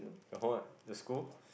the hold ah the school